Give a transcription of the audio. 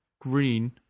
Green